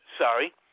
Sorry